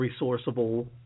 resourceable